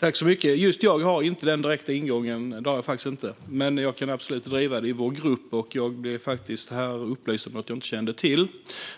Fru talman! Just jag har inte den direkta ingången, det har jag faktiskt inte, men jag kan absolut driva det i vår grupp. Jag blev här faktiskt upplyst om något jag inte kände till,